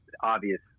obvious